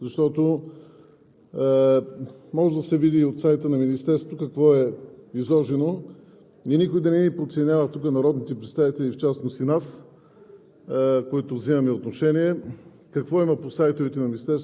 няма никакво управление и никаква превенция? Защото може да се види и от сайта на Министерството какво е изложено и никой да не подценява тук народните представители, в частност и нас,